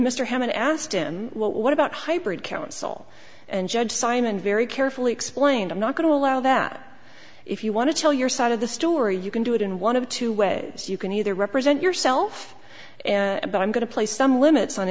d asked him what about hybrid counsel and judge simon very carefully explained i'm not going to allow that if you want to tell your side of the story you can do it in one of two ways you can either represent yourself and i'm going to play some limits on